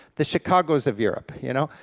the chicago's of europe, you know,